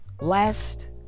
Last